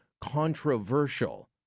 controversial